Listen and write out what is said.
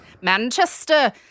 Manchester